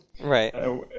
Right